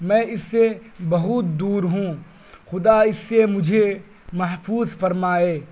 میں اس سے بہت دور ہوں خدا اس سے مجھے محفوظ فرمائے